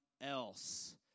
else